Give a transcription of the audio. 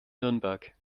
nürnberg